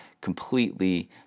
completely